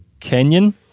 Kenyan